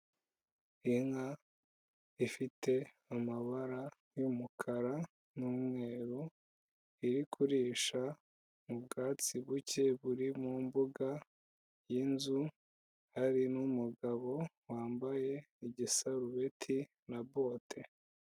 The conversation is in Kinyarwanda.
Inka ifite amabara y'umukara n'umweru iri kurisha ubwatsi buke buri mu mbuga y'inzu, hari n'umugabo wambaye igisarubeti na bote.